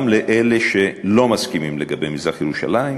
גם לאלה שלא מסכימים לגבי מזרח-ירושלים,